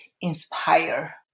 inspire